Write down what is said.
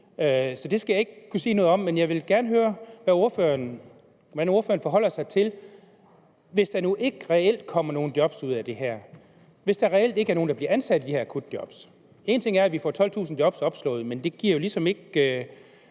om der ikke er nogen ledige overlæger. Men jeg vil gerne høre, hvordan ordføreren forholder sig til, hvis der nu ikke reelt kommer nogle job ud af det her, hvis der reelt ikke er nogen, der bliver ansat i de her akutjob? Én ting er, at vi får 12.000 job opslået, en anden ting er, at det jo ligesom ikke